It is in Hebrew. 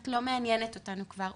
את לא מעניינת אותנו כבר.